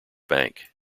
bank